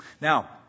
Now